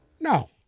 No